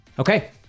Okay